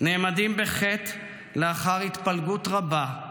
נעמדים בחי"ת / לאחר התפלגות רבה,